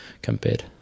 Compared